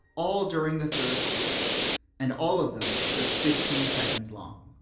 all during the third quarter and all of them just fifteen seconds long